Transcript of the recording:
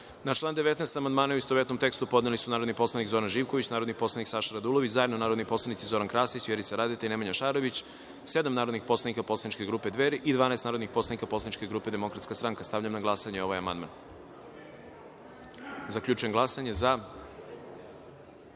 član 13. amandmane, u istovetnom tekstu, podneli su narodni poslanik Zoran Živković, narodni poslanik Saša Radulović, zajedno narodni poslanici Zoran Krasić, Vjerica Radeta i Vesna Nikolić Vukajlović, sedam narodnih poslanika poslaničke grupe Dveri i 12 poslanika poslaničke grupe DS.Stavljam na glasanje ovaj amandman. Zaključujem glasanje i